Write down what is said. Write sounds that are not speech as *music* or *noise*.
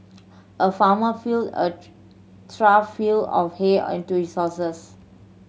a farmer filled a *unintelligible* trough feel of hay *unintelligible* his horses